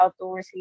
outdoorsy